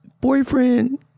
boyfriend